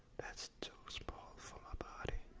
that's too small for my body.